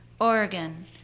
Oregon